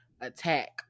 attack